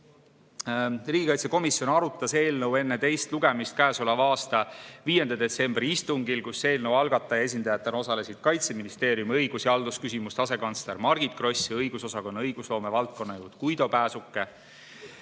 Riigikaitsekomisjon arutas eelnõu enne teist lugemist käesoleva aasta 5. detsembri istungil, kus eelnõu algataja esindajatena osalesid Kaitseministeeriumi õigus‑ ja haldusküsimuste asekantsler Margit Gross ning õigusosakonna õigusloome valdkonnajuht Guido Pääsuke.